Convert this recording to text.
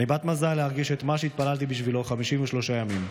אני בת מזל להרגיש את מה שהתפללתי בשבילו 53 ימים,